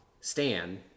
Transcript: Stan